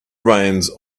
reins